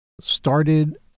started